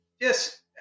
yes